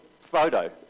photo